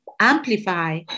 amplify